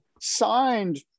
signed